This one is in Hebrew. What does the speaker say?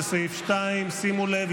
לסעיף 2. שימו לב,